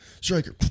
Striker